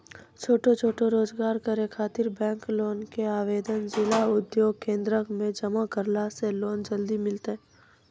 छोटो छोटो रोजगार करै ख़ातिर बैंक लोन के आवेदन जिला उद्योग केन्द्रऽक मे जमा करला से लोन जल्दी मिलतै?